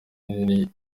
nini